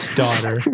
daughter